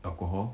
过后